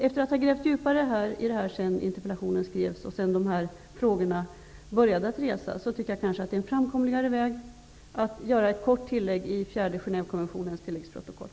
Efter att ha grävt djupare i detta sedan interpellationen skrevs och sedan dessa frågor började att resas tycker jag att det kanske är en framkomligare väg att göra ett kort tillägg i den fjärde Genèvekonventionens tilläggsprotokoll.